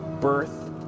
birth